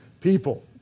people